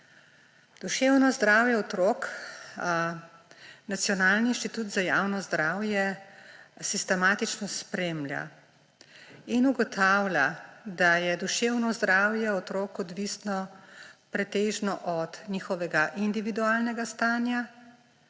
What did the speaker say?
Duševno zdravje otrok Nacionalni inštitut za javno zdravje sistematično spremlja in ugotavlja, da je duševno zdravje otrok odvisno pretežno od njihovega individualnega stanja,